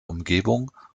umgebung